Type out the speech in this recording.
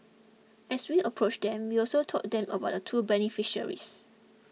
as we approached them we also told them about two beneficiaries